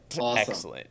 awesome